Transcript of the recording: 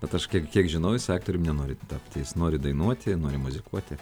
bet aš kiek kiek žinau jis aktorium nenori tapti jis nori dainuoti nori muzikuoti